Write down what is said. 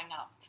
up